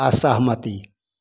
असहमति